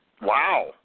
Wow